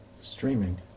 streaming